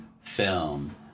film